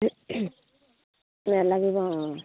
নেলাগিব অঁ